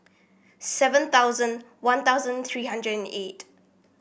seven thousand One Thousand three hundred and eight